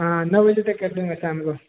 हाँ नौ बजे तक कर दूँगा शाम को